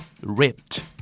Ripped